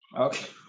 Okay